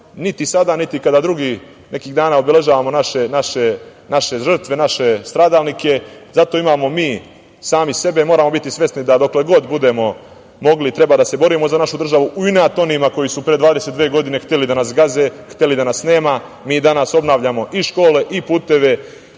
niti sada, niti kada drugi nekih dana obeležavamo naše žrtve, naše stradalnike, zato imamo mi sami sebe i moramo biti svesni da dokle god budemo mogli treba da se borimo za našu državu, u inat onima koji su pre 22 godine hteli da nas zgaze, hteli da nas nema. Mi danas obnavljamo i škole, i puteve,